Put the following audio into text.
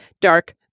Dark